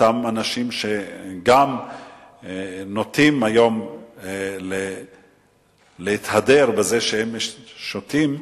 לאותם אנשים שגם נוטים היום להתהדר בזה שהם שותים,